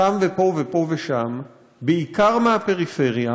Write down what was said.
שם ופה ופה ושם, בעיקר מהפריפריה,